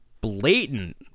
blatant